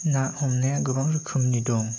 ना हमनाया गोबां रोखोमनि दं